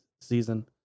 season